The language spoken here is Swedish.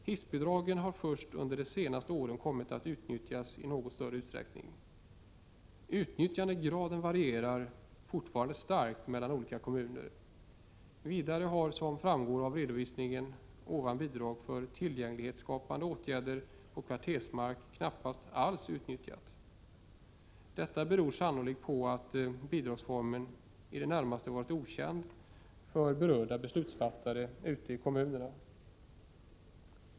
Hissbidragen har först under de senaste åren kommit att utnyttjas i någon större utsträckning. Utnyttjandegraden varierar fortfarande starkt mellan olika kommuner. Vidare har, som framgår av denna redovisning, bidraget för tillgänglighetsskapande åtgärder på kvartersmark knappast alls utnyttjats. Detta beror sannolikt på att bidragsformen i det närmaste varit okänd för berörda beslutsfattare ute i kommunerna.